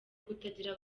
kutagira